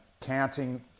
counting